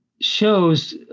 shows